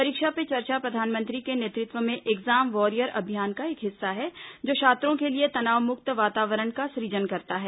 परीक्षा पे चर्चा प्रधानमंत्री के नेतृत्व में एग्जाम वॉरियर अभियान का एक हिस्सा है जो छात्रों के लिए तनावमुक्त वातावरण का सृजन करता है